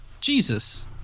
Jesus